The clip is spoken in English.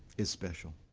is special.